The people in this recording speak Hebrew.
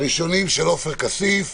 הראשונות של עופר כסיף.